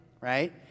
Right